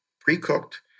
pre-cooked